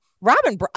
Robin